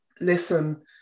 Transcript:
Listen